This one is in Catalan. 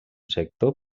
sector